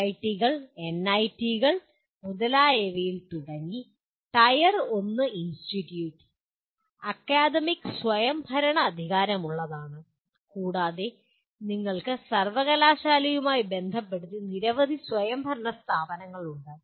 ഐഐടികൾ എൻഐടികൾ മുതലായവയിൽ തുടങ്ങി ടയർ 1 ഇൻസ്റ്റിറ്റ്യൂട്ട് അക്കാദമിക് സ്വയംഭരണാധികാരമുള്ളതാണ് കൂടാതെ നിങ്ങൾക്ക് സർവകലാശാലയുമായി ബന്ധപ്പെടുത്തി നിരവധി സ്വയംഭരണ സ്ഥാപനങ്ങളുണ്ട്